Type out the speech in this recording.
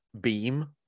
beam